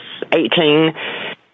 18